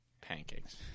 pancakes